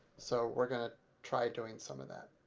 so we're going to try doing some of that.